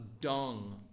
dung